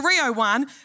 301